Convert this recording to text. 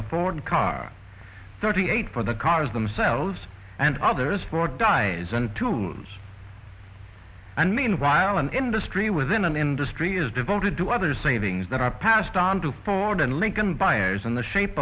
the ford car thirty eight for the cars themselves and others for dyes and tools and meanwhile an industry within an industry is devoted to other savings that are passed on to ford and lincoln buyers in the shape